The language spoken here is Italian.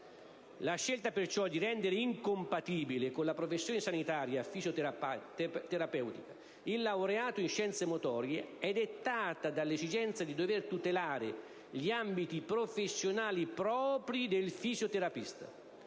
La scelta perciò di rendere incompatibile con la professione sanitaria fisioterapica il laureato in scienze motorie è dettata dall'esigenza di dover tutelare gli ambiti professionali propri del fisioterapista,